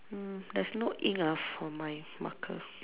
mm there's no ink ah for my marker